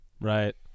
Right